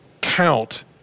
Count